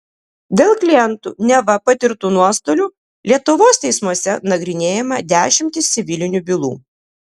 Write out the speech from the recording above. dėl klientų neva patirtų nuostolių lietuvos teismuose nagrinėjama dešimtys civilinių bylų